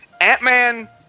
Ant-Man